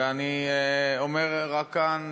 ואני אומר רק כאן,